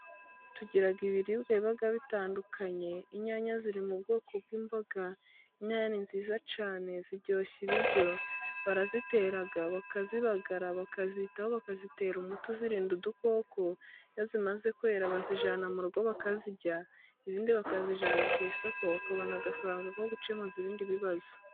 Tugira ibiribwa biba bitandukanye inyanya ziri mu bwoko bw'imboga, inyanya ni nziza cyane ziryoshya ibiryo barazitera bakazibagara bakazitaho, bakazitera umuti uzirinda udukoko iyo zimaze kwera bazijyana mu rugo, bakazirya izindi bakazijyana ku isoko bakabona agafaranga ko gukemuza ibindi bibazo.